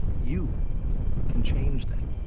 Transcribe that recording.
you can change that.